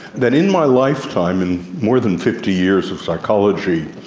that in my lifetime, in more than fifty years of psychology,